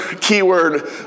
keyword